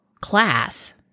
class